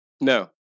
No